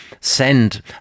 send